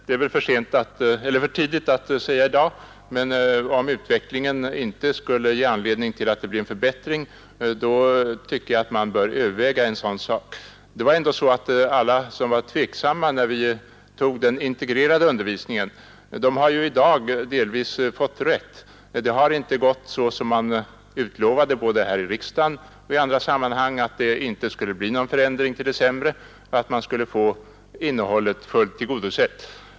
Det är väl för tidigt att i dag säga någonting, men om utvecklingen inte skulle ge anledning till förhoppningar, tycker jag att man bör överväga en sådan sak. Alla som var tveksamma när vi beslöt om den integrerade undervisningen har i dag delvis fått rätt. Det utlovades både här i riksdagen och i andra sammanhang att det inte skulle bli någon förändring till det sämre och att kravet på undervisningens innehåll skulle tillgodoses.